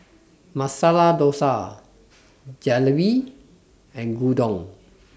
Masala Dosa Jalebi and Gyudon